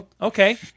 Okay